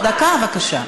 דקה בבקשה.